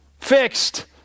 fixed